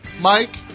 Mike